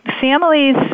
families